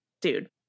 dude